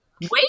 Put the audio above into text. Wait